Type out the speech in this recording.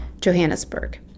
Johannesburg